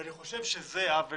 אני חושב שזה עוול.